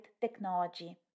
technology